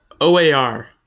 oar